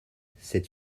cette